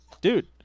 dude